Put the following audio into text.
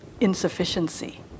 insufficiency